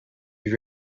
you